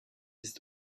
ist